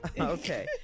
Okay